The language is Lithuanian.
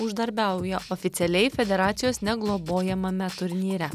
uždarbiauja oficialiai federacijos ne globojamame turnyre